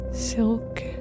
Silk